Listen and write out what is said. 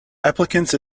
applicants